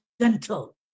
gentle